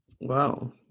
Wow